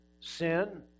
sin